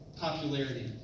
popularity